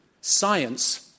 Science